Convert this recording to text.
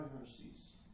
mercies